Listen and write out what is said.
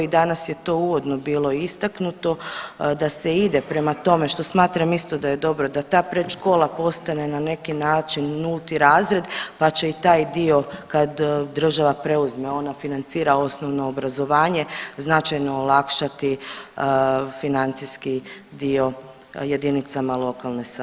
Danas je to uvodno bilo istaknuto da se ide prema tome, što smatram isto da je dobro da ta predškola postane na neki način nulti razred pa će i taj dio kad država preuzme ona financira osnovno obrazovanje značajno olakšati financijski dio jedinicama lokalne samouprave.